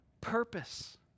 purpose